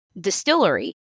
distillery